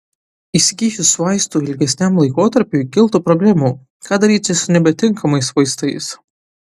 įsigijus vaistų ilgesniam laikotarpiui kiltų problemų ką daryti su nebetinkamais vaistais